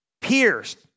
pierced